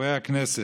חברי הכנסת,